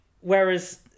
Whereas